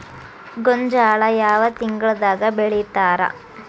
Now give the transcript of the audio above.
ಗೋಂಜಾಳ ಯಾವ ತಿಂಗಳದಾಗ್ ಬೆಳಿತಾರ?